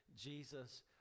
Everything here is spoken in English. Jesus